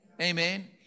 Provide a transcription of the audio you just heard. Amen